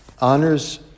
honors